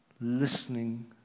listening